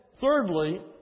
thirdly